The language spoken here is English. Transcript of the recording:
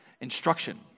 instruction